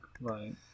Right